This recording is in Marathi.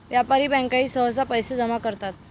व्यापारी बँकाही सहसा पैसे जमा करतात